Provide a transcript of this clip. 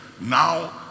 Now